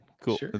Cool